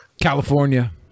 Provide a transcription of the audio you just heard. California